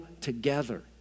together